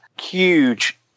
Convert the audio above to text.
huge